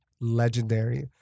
Legendary